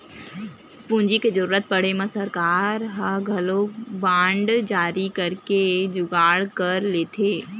पूंजी के जरुरत पड़े म सरकार ह घलोक बांड जारी करके जुगाड़ कर लेथे